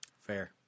Fair